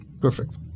Perfect